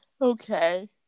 Okay